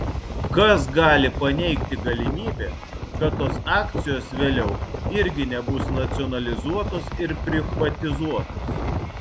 kas gali paneigti galimybę kad tos akcijos vėliau irgi nebus nacionalizuotos ir prichvatizuotos